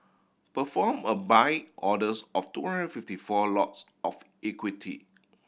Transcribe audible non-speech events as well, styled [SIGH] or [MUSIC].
perform a Buy orders of two [UNINTELLIGIBLE] fifty four lots of equity